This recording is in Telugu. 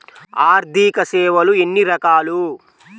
ఆర్థిక సేవలు ఎన్ని రకాలు?